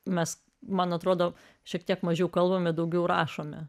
mes man atrodo šiek tiek mažiau kalbame daugiau rašome